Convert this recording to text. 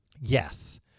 Yes